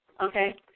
Okay